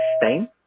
Spain